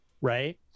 Right